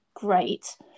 great